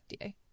FDA